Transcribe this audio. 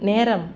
நேரம்